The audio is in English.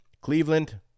Cleveland